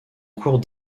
cours